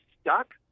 stuck